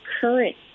current